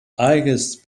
highest